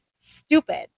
stupid